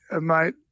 Mate